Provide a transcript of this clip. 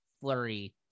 Flurry